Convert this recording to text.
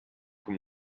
come